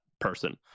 person